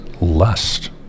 lust